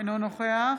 אינו נוכח